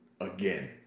Again